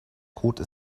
code